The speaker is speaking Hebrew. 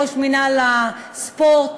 ראש מינהל הספורט,